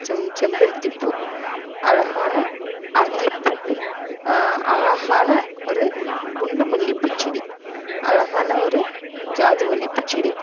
செம் செம்பருத்தி பூ அழகான அரளி பூ அழகான ஒரு குண்டு மல்லிப்பூ செடி அழகான ஒரு ஜாதி மல்லிப்பூ செடி